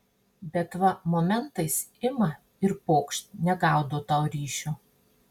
bet va momentais ima ir pokšt negaudo tau ryšio